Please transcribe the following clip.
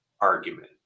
argument